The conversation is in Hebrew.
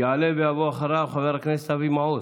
יעלה ויבוא אחריו חבר הכנסת אבי מעוז.